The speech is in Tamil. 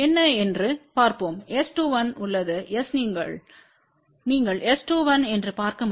என்ன என்று பார்ப்போம் S21 உள்ளதுநீங்கள் S21 என்று பார்க்க முடியும்0